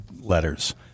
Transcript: letters